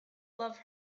love